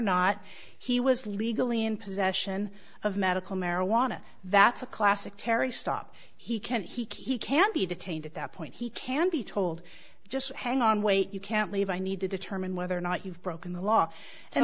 not he was legally in possession of medical marijuana that's a classic terry stop he can't he can't be detained at that point he can be told just hang on wait you can't leave i need to determine whether or not you've broken the law and